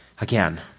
Again